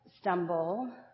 stumble